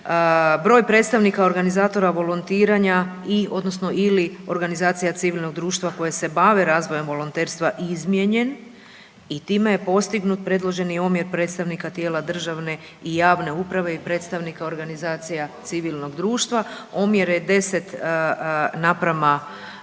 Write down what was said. broj predstavnika organizatora volontiranja i odnosno ili organizacija civilnog društva koje se bave razvojem volonterstva izmijenjen i time je postignut predloženi omjer predstavnika tijela državne i javne uprave i predstavnika organizacija civilnog društva, omjere 10:11.